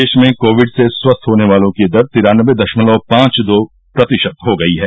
देश में कोविड से स्वस्थ होने वालों की दर तिरानबे दशमलव पांच दो प्रतिशत हो गई है